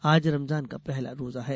आज रमजान का पहला रोजा है